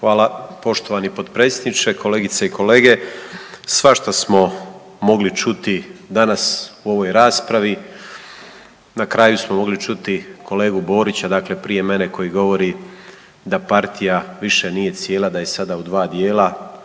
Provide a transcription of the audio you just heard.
Hvala poštovani potpredsjedniče, kolegice i kolege. Svašta smo mogli čuti danas u ovoj raspravi. Na kraju smo mogli čuti kolegu Borića, dakle prije mene koji govori da partija više nije cijela, da je sada u dva dijela.